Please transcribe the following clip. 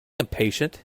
impatient